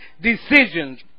decisions